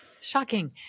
shocking